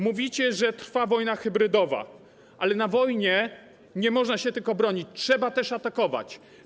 Mówicie, że trwa wojna hybrydowa, ale na wojnie nie można się tylko bronić, trzeba też atakować.